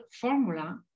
formula